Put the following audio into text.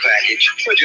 package